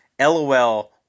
LOL